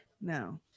No